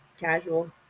casual